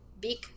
big